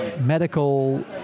medical